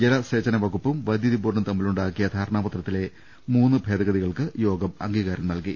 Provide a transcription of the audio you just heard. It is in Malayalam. ജലസേചനവകുപ്പും വൈദ്യുതിബോർഡും തമ്മിലുണ്ടാക്കിയ ധാരണാപത്രത്തിലെ മൂന്ന് ഭേദഗതികൾക്കും യോഗം അംഗീകാരം നൽകി